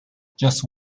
just